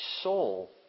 soul